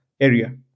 area